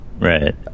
Right